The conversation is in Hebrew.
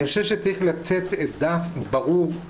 אני חושב שצריך לצאת דף ברור,